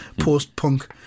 Post-punk